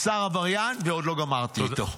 שר עבריין ועוד לא גמרתי איתו.